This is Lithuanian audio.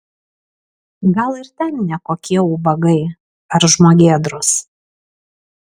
gal ir ten ne kokie ubagai ar žmogėdros